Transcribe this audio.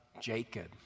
Jacob